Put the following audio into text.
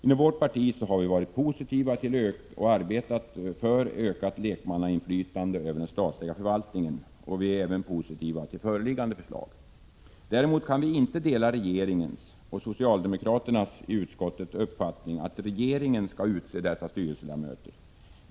I vårt parti har vi varit positiva till och arbetat för ökat lekmannainflytande över den statliga förvaltningen, och vi är även positiva till föreliggande förslag. Däremot kan vi inte dela regeringens och socialdemokraternas i utskottet uppfattning att regeringen skall utse styrelse ledamöterna.